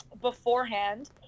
beforehand